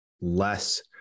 less